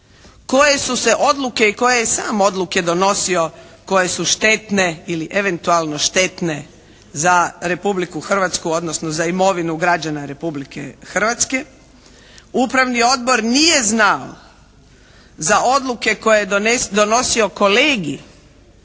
koje su se odluke i koje je sam odluke donosio koje su štetne ili eventualno štetne za Republiku Hrvatsku, odnosno za imovinu građana Republike Hrvatske. Upravni odbor nije znao za odluke koje je donosio kolegij